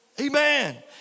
Amen